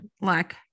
like-